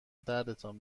دردتان